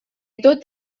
tot